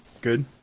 Good